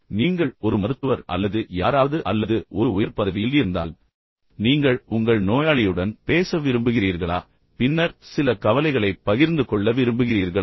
நீங்கள் ஒரு மருத்துவர் அல்லது யாராவது அல்லது ஒரு உயர் பதவியில் இருந்தால் நீங்கள் உங்கள் நோயாளியுடன் பேச விரும்புகிறீர்களா பின்னர் சில கவலைகளைப் பகிர்ந்து கொள்ள விரும்புகிறீர்களா